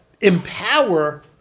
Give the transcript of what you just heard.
empower